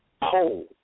pole